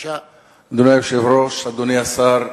אדוני היושב-ראש, אדוני השר,